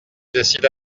décide